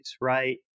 right